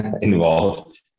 involved